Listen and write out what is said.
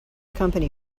company